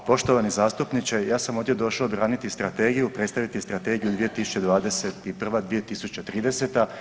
Pa poštovani zastupniče, ja sam ovdje došao braniti Strategiju, predstaviti Strategiju 2021.-2030.